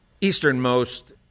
easternmost